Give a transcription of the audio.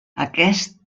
aquest